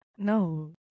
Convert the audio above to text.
No